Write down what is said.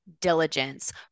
diligence